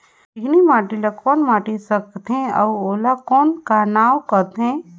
चिकनी माटी ला कौन माटी सकथे अउ ओला कौन का नाव काथे?